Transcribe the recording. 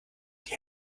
die